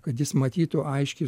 kad jis matytų aiškiai